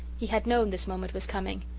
he had known this moment was coming,